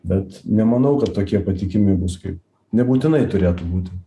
bet nemanau kad tokie patikimi bus kaip nebūtinai turėtų būti